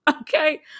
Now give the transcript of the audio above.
okay